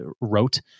wrote